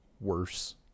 worse